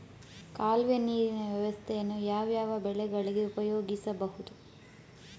ಕಾಲುವೆ ನೀರಿನ ವ್ಯವಸ್ಥೆಯನ್ನು ಯಾವ್ಯಾವ ಬೆಳೆಗಳಿಗೆ ಉಪಯೋಗಿಸಬಹುದು?